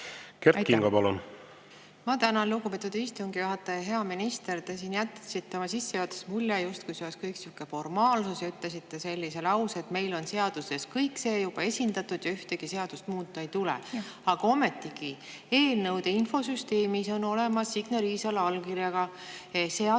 Ma tänan, lugupeetud istungi juhataja! Hea minister! Te siin jätsite oma sissejuhatuses mulje, justkui see oleks sihuke formaalsus, ja ütlesite sellise lause, et meil on seaduses kõik see juba esindatud ja ühtegi seadust muuta ei tule. Aga ometigi, eelnõude infosüsteemis on olemas Signe Riisalo allkirjaga seadus[eelnõu],